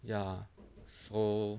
ya so